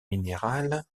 minéral